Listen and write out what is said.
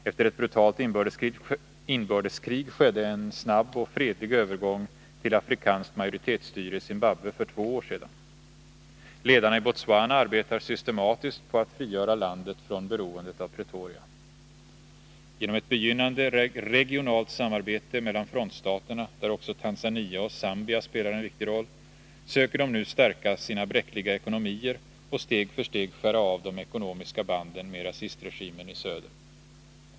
Efter ett brutalt inbördeskrig skedde en snabb och fredlig övergång till afrikanskt majoritets styre i Zimbabwe för två år sedan. Ledarna i Botswana arbetar systematiskt på att frigöra landet från beroendet av Pretoria. Genom ett begynnande regionalt samarbete mellan frontstaterna — där också Tanzania och Zambia spelar en viktig roll — söker de nu stärka sina bräckliga ekonomier och steg för steg skära av de ekonomiska banden med rasistregimen i söder.